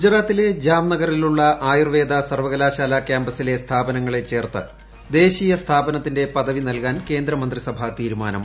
ഗുജറാത്തിലെ ജാംനഗറിലുള്ള ആയുർവേദ സർവകലാശാല ക്യാമ്പസിലെ സ്ഥാപനങ്ങളെ ചേർത്ത് ദേശീയ സ്ഥാപനത്തിന്റെ പദവി നൽകാൻ കേന്ദ്ര മന്ത്രിസഭാ തീരുമാനം